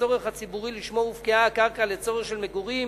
הצורך הציבורי שלשמו הופקעה הקרקע לצורך של מגורים,